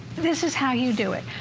this is wh how you do it.